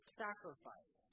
sacrifice